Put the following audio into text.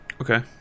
okay